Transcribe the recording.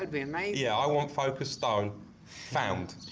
would be i mean yeah i want folka's stone found